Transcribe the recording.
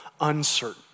uncertain